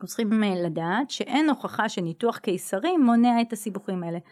צריכים לדעת שאין הוכחה שניתוח קיסרי מונע את הסיבוכים האלה